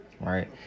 Right